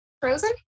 Frozen